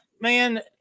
Man